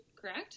correct